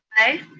aye.